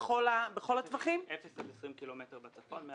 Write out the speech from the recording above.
בטווח של 0 20 קילומטר בצפון.